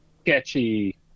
sketchy